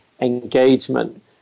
engagement